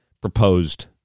proposed